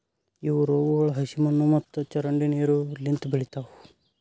ಇವು ರೋಗಗೊಳ್ ಹಸಿ ಮಣ್ಣು ಮತ್ತ ಚರಂಡಿ ನೀರು ಲಿಂತ್ ಬೆಳಿತಾವ್